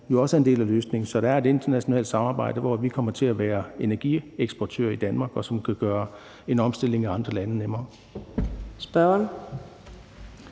jo også er en del af løsningen. Så der er et internationalt samarbejde, hvor vi kommer til at være energieksportører i Danmark, og det kan gøre en grøn omstilling af andre lande nemmere.